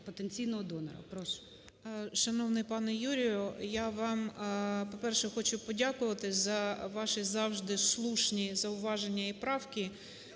потенційного донора.